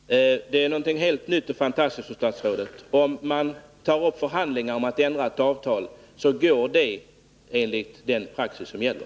Fru talman! Detta är någonting helt nytt och fantastiskt, fru statsråd. Om man tar upp förhandlingar om att ändra ett avtal, så går det enligt den praxis som gäller.